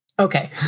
Okay